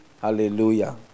Hallelujah